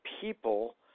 people